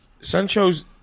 Sancho's